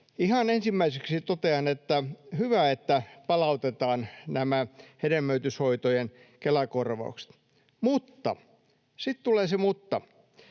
Ihan ensimmäiseksi totean, että hyvä, että palautetaan nämä hedelmöityshoitojen Kela-korvaukset. Mutta — sitten tulee se ”mutta”: